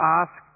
ask